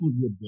good